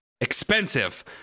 Expensive